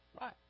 Right